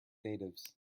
natives